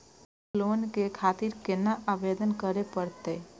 किसान लोन के खातिर केना आवेदन करें परतें?